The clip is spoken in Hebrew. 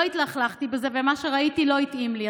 לא התלכלכתי בזה, ומה שראיתי לא התאים לי.